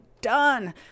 done